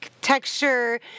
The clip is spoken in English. texture